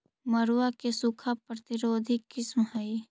मड़ुआ के सूखा प्रतिरोधी किस्म हई?